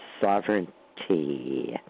sovereignty